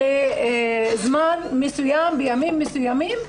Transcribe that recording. זמן מסוים בימים מסוימים.